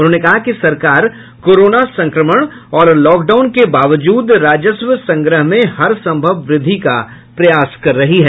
उन्होंने कहा कि सरकार कोरोना संक्रमण और लॉकडाउन के बावजूद राजस्व संग्रह में हर सभंव वृद्धि का प्रयास कर रही है